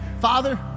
Father